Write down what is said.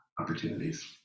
opportunities